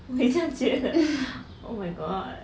我也这样觉得 oh my god